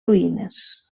ruïnes